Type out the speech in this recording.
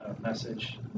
message